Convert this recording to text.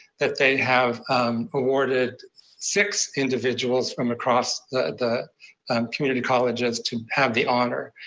that they have awarded six individuals from across the the um community colleges to have the honor.